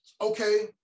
Okay